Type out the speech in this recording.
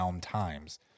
times